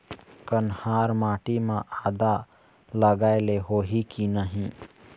कन्हार माटी म आदा लगाए ले होही की नहीं?